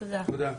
תודה.